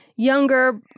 younger